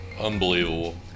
Unbelievable